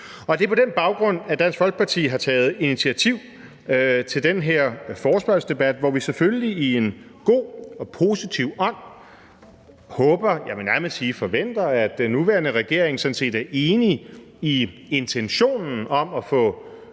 Det er på den baggrund, at Dansk Folkeparti har taget initiativ til den her forespørgselsdebat, hvor vi selvfølgelig i en god og positiv ånd håber – jeg vil nærmest sige forventer – at den nuværende regering sådan set er enig i intentionen om at få